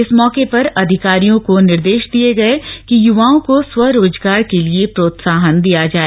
इस मौके पर अधिकारियों को निर्देश दिये गये कि युवाओं को स्वरोजगार के लिए प्रोत्साहन दिया जाए